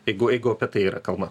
jeigu jeigu apie tai yra kalba